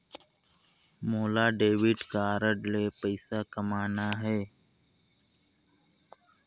मोला debit card ले पइसा पटाना हे?